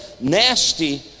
nasty